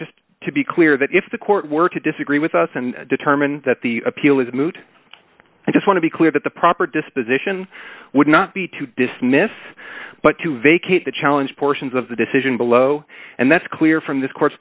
just to be clear that if the court were to disagree with us and determine that the appeal is moot i just want to be clear that the proper disposition would not be to dismiss but to vacate the challenge portions of the decision below and that's clear from this cour